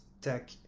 tech